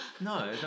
No